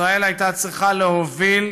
ישראל הייתה צריכה להוביל,